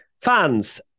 Fans